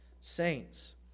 saints